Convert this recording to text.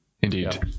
Indeed